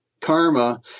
karma